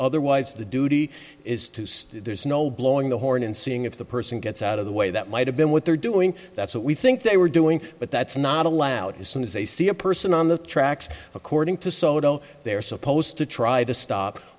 otherwise the duty is to stay there's no blowing the horn and seeing if the person gets out of the way that might have been what they're doing that's what we think they were doing but that's not allowed as soon as they see a person on the tracks according to soto they're supposed to try to stop